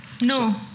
No